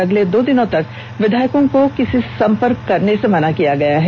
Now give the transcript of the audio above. अगले दो दिनों तक विधायकों को सम्पर्क करने से मना किया गया है